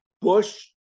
Bush